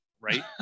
right